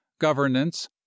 governance